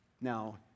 Now